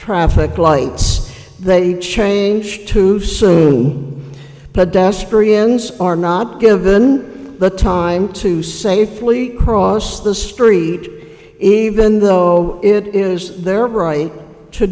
traffic lights they change too soon pedestrians are not given the time to safely cross the street even though it is their right to